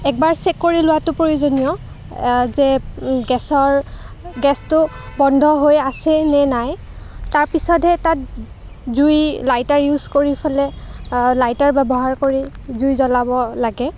এবাৰ চেক কৰি লোৱাটো প্ৰয়োজনীয় যে গেছৰ গেছটো বন্ধ হৈ আছেনে নাই তাৰ পিছতহে তাত জুই লাইটাৰ ইউজ কৰিফালে লাইটাৰ ব্যৱহাৰ কৰি জুই জ্বলাব লাগে